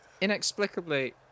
inexplicably